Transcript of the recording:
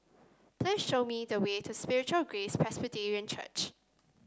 please show me the way to Spiritual Grace Presbyterian Church